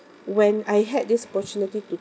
when I had this opportunity to